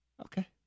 Okay